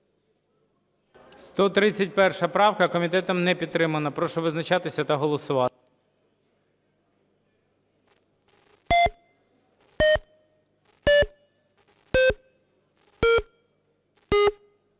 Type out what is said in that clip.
153 правку. Комітет не підтримав. Прошу визначатися та голосувати.